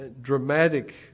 dramatic